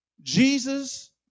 Jesus